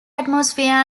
atmosphere